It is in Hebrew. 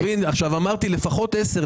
אמרתי: לפחות עשר.